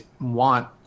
want